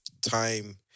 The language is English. time